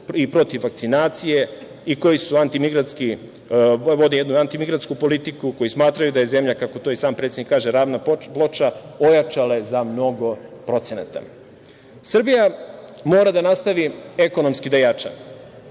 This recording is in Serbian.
i protiv vakcinacije i koje vode jednu antimigransku politiku, koji smatraj da je zemlja, kako to i sam predsednik kaže, ravna ploča, ojačale su za mnogo procenata. Srbija mora da nastavi ekonomski da jača.